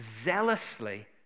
zealously